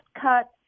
cut